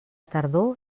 tardor